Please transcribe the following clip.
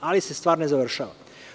ali se stvar ne završava.